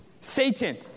Satan